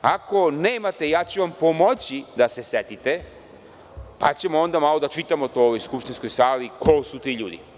Ako nemate, ja ću vam pomoći da se setite, pa ćemo onda malo da čitamo to u ovoj skupštinskoj sali ko su ti ljudi.